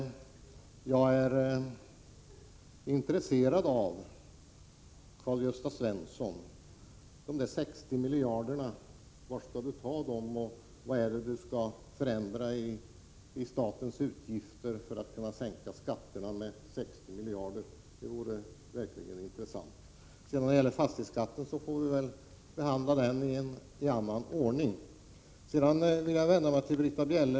Jag är intresserad av dessa 60 miljarder. Varifrån skall Karl-Gösta Svenson ta dem, och vad är det som skall förändras i statens utgifter för att man skall kunna sänka skatterna med 60 miljarder? Det vore verkligen intressant att få svar på den frågan. Fastighetsskatten får vi väl behandla i annan ordning. Jag vill så vända mig till Britta Bjelle.